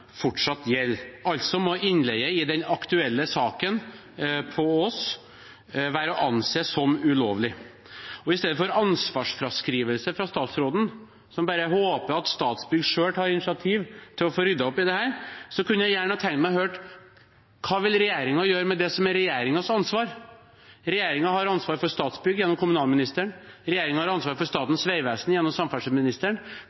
fortsatt gjelder. Altså må innleie i den aktuelle saken på Ås være å anse som ulovlig. I stedet for ansvarsfraskrivelse fra statsråden, som bare håper at Statsbygg tar initiativ til å rydde opp i dette, kunne jeg gjerne tenkt meg å høre: Hva vil regjeringen gjøre med det som er regjeringens ansvar? Regjeringen har ansvar for Statsbygg gjennom kommunalministeren, regjeringen har ansvar for